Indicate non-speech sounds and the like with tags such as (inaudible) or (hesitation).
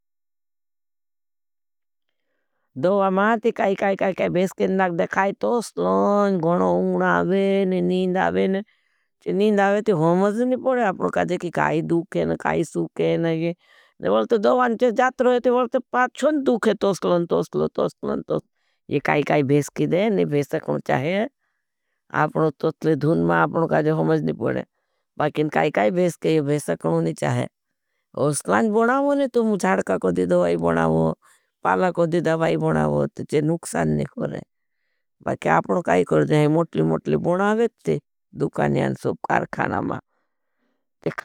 दोवा माते काई-काई-काई-काई भेशकेन नाग दे खाई तोसलन गणो उंग्णा आवे ने नीनद आवे ने चे नीनद आवे तो होमज़नी पड़े। अपनो काजे की काई दुखेन, काई सुकेन ने ये जात रहे तो बाठ छोन दुखे तोसलन (hesitation) तोसलन (hesitation) तोसलन। तोक्षा विश्काइच की दे नी भेशकं चाहे आपनो तोसले धून मा अपनो काजे होमज़नी पड़। स्वागत काई-काई-काई भेशकेन नी चाहे, उसनां बनावो नी, तो मुझढाडका कोडिद पाला कोड़ी दवाई बनावो। पाला कोड़ी दवाई बनावो, तो जे नुक्सान नहीं करें बारिखे आपनों काई कर जाएं, मोटली मोटली बनावें ते दुकान्यां सूपकारखानमा।